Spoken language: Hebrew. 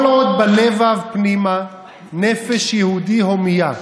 "כל עוד בלבב פנימה / נפש יהודי הומייה /